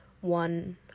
one